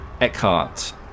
Eckhart